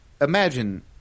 imagine